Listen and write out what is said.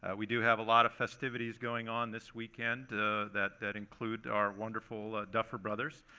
and we do have a lot of festivities going on this weekend that that include our wonderful duffer brothers.